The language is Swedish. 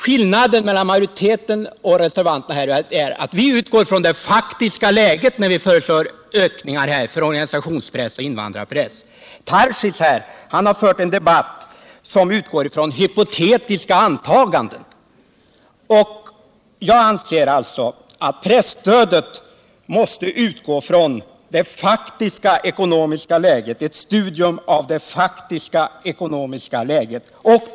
Skillnaden mellan majoriteten och reservanterna är att vi utgår ifrån det faktiska läget när vi föreslår ökningar för organisationspressen och invandrarpressen. Daniel Tarschys har fört en debatt om pålagor för hela pressen som utgår från hypotetiska antaganden. Jag anser att presstödet måste utgå från ett studium av det faktiska ekonomiska läget.